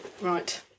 right